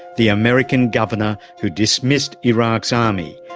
the american governor who dismissed iraq's army,